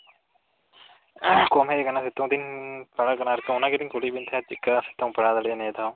ᱠᱚᱢ ᱦᱮᱡ ᱠᱟᱱᱟ ᱥᱤᱛᱩᱝ ᱫᱤᱱ ᱵᱚᱞᱚᱜ ᱠᱱᱟ ᱚᱱᱟᱜᱮᱞᱤᱧ ᱠᱩᱞᱤᱭᱮᱫ ᱵᱤᱱ ᱛᱟᱦᱮᱸᱫ ᱪᱮᱫᱞᱮᱠᱟ ᱥᱤᱛᱩᱝ ᱯᱟᱲᱟᱣ ᱫᱟᱲᱮᱭᱟᱜᱼᱟ ᱱᱤᱭᱟᱹ ᱫᱷᱟᱣ